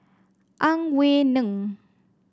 Ang Wei Neng